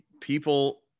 people